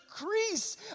Increase